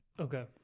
Okay